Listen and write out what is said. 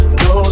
no